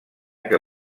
que